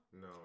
No